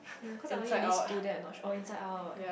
ya cause I only list two then I not sure oh inside out